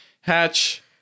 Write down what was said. hatch